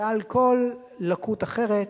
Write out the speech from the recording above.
ועל כל לקות אחרת,